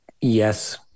yes